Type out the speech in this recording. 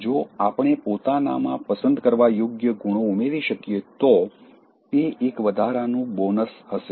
જો આપણે પોતાનામાં પસંદ કરવા યોગ્ય ગુણો ઉમેરી શકીએ તો તે એક વધારાનું બોનસ હશે